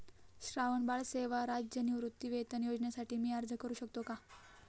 श्रावणबाळ सेवा राज्य निवृत्तीवेतन योजनेसाठी मी अर्ज करू शकतो का?